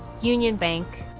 union bank,